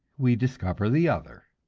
we discover the other.